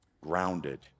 grounded